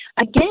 Again